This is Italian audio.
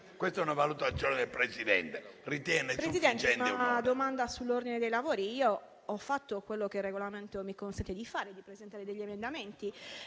Presidente, intervengo sull'ordine dei lavori. Ho fatto quello che il Regolamento mi consente di fare, ossia di presentare emendamenti.